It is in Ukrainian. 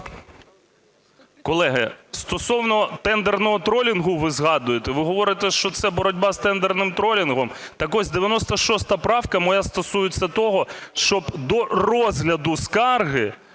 Колеги, стосовно тендерного тролінгу ви згадуєте. Ви говорите, що це боротьба з тендерним тролінгом? Так ось, 96 правка моя стосується того, щоб до розгляду скарги